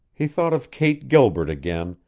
he thought of kate gilbert again,